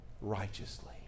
righteously